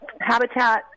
habitat